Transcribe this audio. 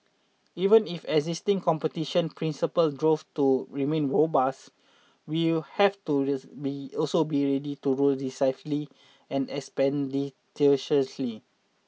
even if existing competition principles prove to remain robust we have to be also be ready to rule decisively and expeditiously